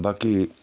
बाकी